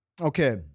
okay